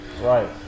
right